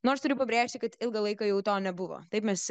nu aš turiu pabrėžti kad ilgą laiką jau to nebuvo taip mes